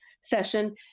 session